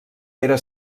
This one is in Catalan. era